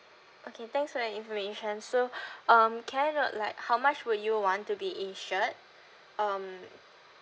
okay thanks for your information so um can I note like how much would you want to be insured um